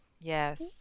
yes